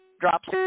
drops